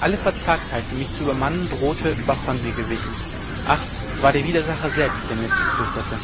alle verzagtheit die mich zu übermannen drohte war von mir gewichen ach es war der widersacher selbst der mir zuflüsterte